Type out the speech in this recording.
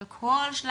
על כל שלל